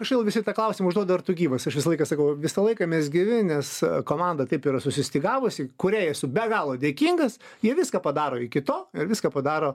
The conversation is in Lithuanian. kažkodėl visi tą klausimą užduoda ar tu gyvas aš visą laiką sakau visą laiką mes gyvi nes komanda taip yra susistygavusi kuriai esu be galo dėkingas jie viską padaro iki to ir viską padaro